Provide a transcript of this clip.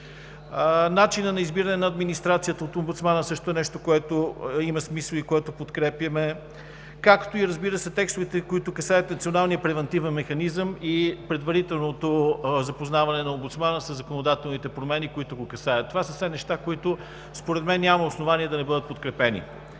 Начинът на избиране на администрацията от омбудсмана също е нещо, което има смисъл и което подкрепяме, както, разбира се, и текстовете, които касаят националния превантивен механизъм и предварителното запознаване на омбудсмана със законодателните промени, които го касаят. Това са все неща, които според мен няма основание да не бъдат подкрепени.